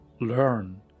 learn